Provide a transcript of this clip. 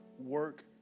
work